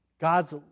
God's